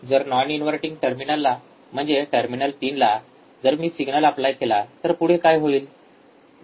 जर non inverting टर्मिनलला म्हणजे टर्मिनल 3 ला मी जर सिग्नल एप्लाय केला तर पुढे काय होईल